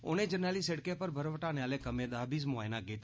उनें जरनैली सिड़कें पर बर्फ हआने आले कम्में दा बी मुआयना कीता